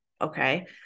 okay